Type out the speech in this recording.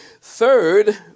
Third